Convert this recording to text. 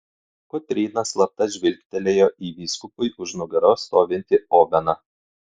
kotryna slapta žvilgtelėjo į vyskupui už nugaros stovintį oveną